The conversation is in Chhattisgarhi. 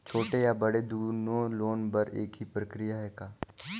छोटे या बड़े दुनो लोन बर एक ही प्रक्रिया है का?